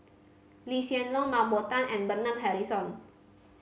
Lee Hsien Loong Mah Bow Tan and Bernard Harrison